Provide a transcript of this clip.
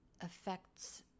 affects